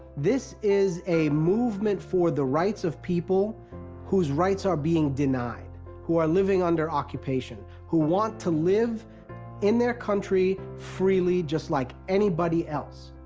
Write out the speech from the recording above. this is a movement for the rights of people who's rights are being denied n who are living under occupation who want to live in their country, freely, just like anybody else.